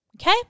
Okay